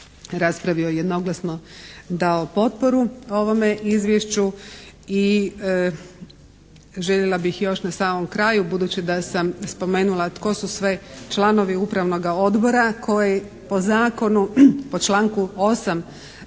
raspravio jednoglasno dao potporu ovome izvješću i željela bih još na samom kraju budući da sam spomenula tko su sve članovi Upravnoga odbora koji po zakonu, po članku 8.